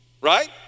Right